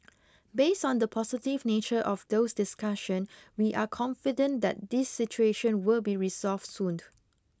based on the positive nature of those discussion we are confident that this situation will be resolved soon